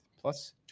plus